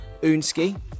unski